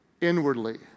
inwardly